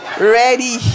ready